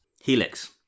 Helix